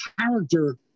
character